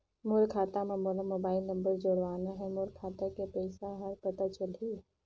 मोर खाता मां मोला मोबाइल नंबर जोड़वाना हे मोर खाता के पइसा ह पता चलाही?